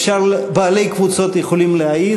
כך שבעלי קבוצות יכולים להעז,